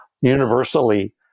universally